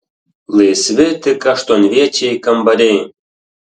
laisvi tik aštuonviečiai kambariai